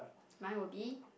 my will be